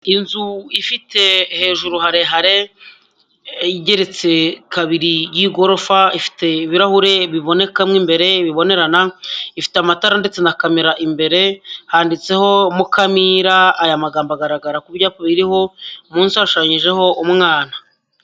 Inzu ifite hejuru harehare igeretse kabiri y'igorofa ifite ibirahure bibonekamo imbere bibonerana ifite amatara ndetse na camera. Imbere handitseho mukamira aya magambo agaragara ku byapa biriho munsi hashushanyijeho umwana.